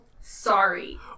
sorry